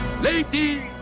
Ladies